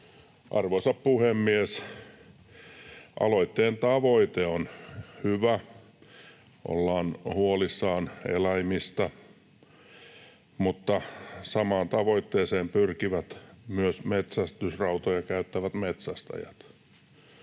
Arvoisa puhemies! Aloitteen tavoite on hyvä — ollaan huolissaan eläimistä — mutta samaan tavoitteeseen pyrkivät myös metsästysrautoja käyttävät metsästäjät.